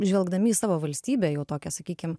žvelgdami į savo valstybę jau tokią sakykim